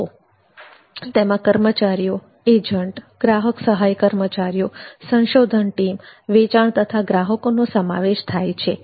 લોકો તેમાં કર્મચારીઓ એજન્ટ ગ્રાહક સહાય કર્મચારીઓ સંશોધન ટીમ વેચાણ તથા ગ્રાહકોનો સમાવેશ થાય છે